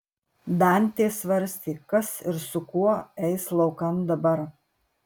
dantė svarstė kas ir su kuo eis laukan dabar